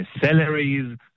salaries